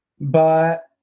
but-